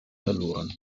verloren